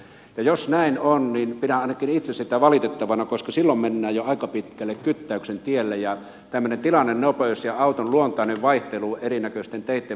jos näin on niin pidän ainakin itse sitä valitettavana koska silloin mennään jo aika pitkälle kyttäyksen tielle ja tämmöinen tilannenopeus ja auton luontainen vaihtelu erinäköisten teitten mukaan jää huomiotta